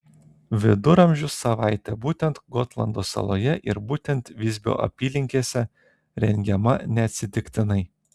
viduramžių savaitė būtent gotlando saloje ir būtent visbio apylinkėse rengiama neatsitiktinai